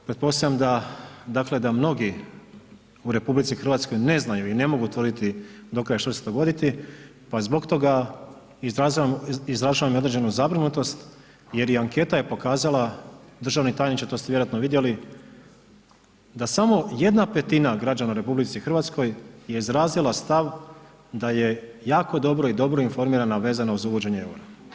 Pretpostavljam da, dakle da mnogi u RH ne znaju i ne mogu tvrditi do kraja što će se dogoditi pa zbog toga izražavam i određenu zabrinutost jer i anketa je pokazala, državni tajniče to ste vjerojatno vidjeli da samo 1/5 građana u RH je izrazila stav da je jako dobro i dobro informirana vezano uz uvođenje eura.